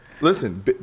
listen